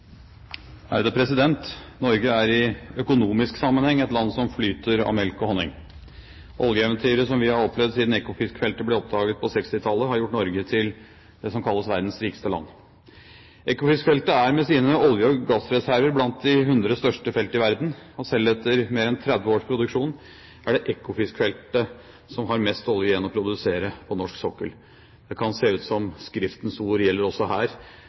nr. 4. Norge er i økonomisk sammenheng et land som flyter over av melk og honning. Oljeeventyret som vi har opplevd siden Ekofisk-feltet ble oppdaget på 1960-tallet, har gjort Norge til det som kalles «verdens rikeste land». Ekofisk-feltet er med sine olje- og gassreserver blant de hundre største felt i verden. Selv etter mer enn 30 års produksjon er det Ekofisk-feltet som har mest olje igjen å produsere på norsk sokkel. Det kan se ut som om Skriftens ord gjelder også her: